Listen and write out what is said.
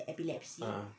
ah